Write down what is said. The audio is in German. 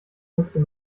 müsste